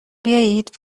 بیاید